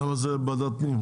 למה ועדת פנים?